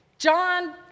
John